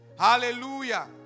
Hallelujah